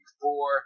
four